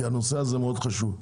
כי הנושא הזה מאוד חשוב.